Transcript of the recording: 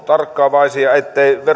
tarkkaavaisia ettei